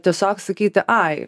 tiesiog sakyti ai